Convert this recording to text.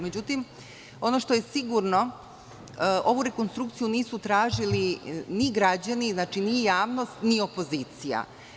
Međutim, ono što je sigurno, ovu rekonstrukciju nisu tražili ni građani, ni javnost, ni opozicija.